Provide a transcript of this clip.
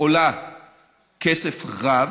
עולה כסף רב.